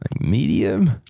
medium